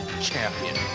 champion